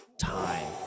time